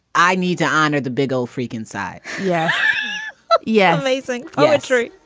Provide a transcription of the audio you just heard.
i need to honor the big old freakin side yeah yeah, amazing. ah ah true.